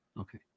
Okay